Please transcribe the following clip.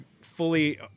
fully